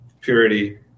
Purity